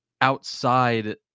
outside